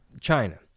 China